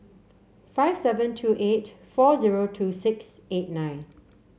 five seven two eight four zero two six eight nine